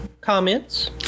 comments